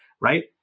right